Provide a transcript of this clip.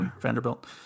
vanderbilt